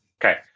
Okay